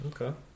Okay